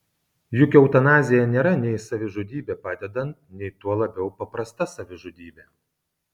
juk eutanazija nėra nei savižudybė padedant nei tuo labiau paprasta savižudybė